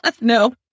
No